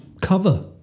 cover